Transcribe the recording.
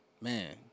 man